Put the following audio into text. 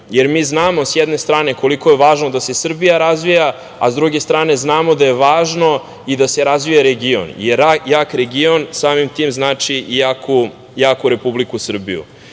jer mi znamo, s jedne strane, koliko je važno da se Srbija razvija, a sa druge strane znamo da je važno i da se razvija region, jer jak region samim tim znači i jaku Republiku Srbiju.Za